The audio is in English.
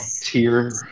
tier